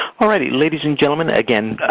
all righty. ladies and gentlemen, again,